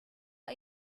are